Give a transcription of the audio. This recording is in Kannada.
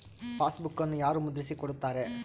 ಪಾಸ್ಬುಕನ್ನು ಯಾರು ಮುದ್ರಿಸಿ ಕೊಡುತ್ತಾರೆ?